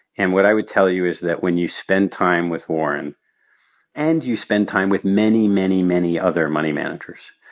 and what i would tell you is that when you spend time with warren and you spend time with many, many, many other money managers,